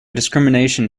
discrimination